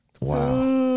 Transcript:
Wow